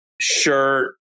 shirt